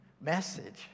message